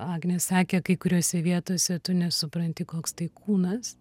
agnė sakė kai kuriose vietose tu nesupranti koks tai kūnas